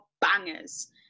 bangers